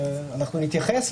אנחנו נתייחס,